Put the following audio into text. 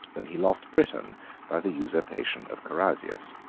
than he lost britain by the usurpation of carausius.